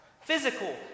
Physical